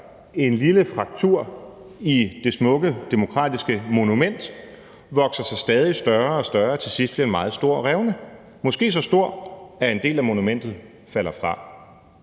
en lille fraktur i det smukke demokratiske monument, vokser sig stadig større og større og til sidst bliver en meget stor revne – måske så stor, at en del af monumentet falder fra.